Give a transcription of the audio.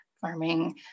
Farming